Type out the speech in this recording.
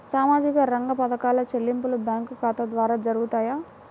సామాజిక రంగ పథకాల చెల్లింపులు బ్యాంకు ఖాతా ద్వార జరుగుతాయా?